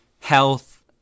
health